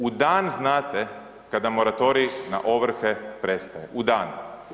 U dan znate kada moratorij na ovrhe prestaje, u dan.